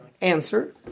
Answer